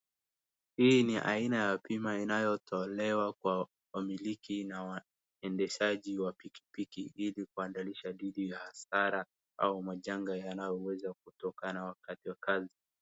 Hii ni aina ya bima inayotolewa kwa wamiliki na waendeshaji wa pikipiki ilikuadharisha dhidi ya hasara au majanga yanayoweza kutokana wakati wa kazi.